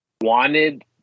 wanted